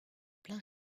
plein